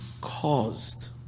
caused